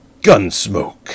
Gunsmoke